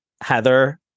Heather